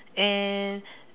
and